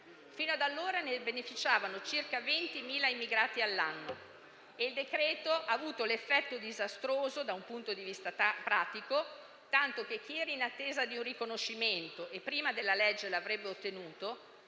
Fino ad allora ne beneficiavano circa 20.000 immigrati all'anno e il decreto ha avuto l'effetto disastroso da un punto di vista pratico, tanto che chi era in attesa di un riconoscimento - e prima della legge lo avrebbe ottenuto